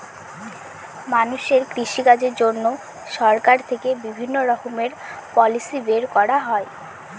মানুষের কৃষিকাজের জন্য সরকার থেকে বিভিণ্ণ রকমের পলিসি বের করা হয়